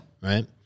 Right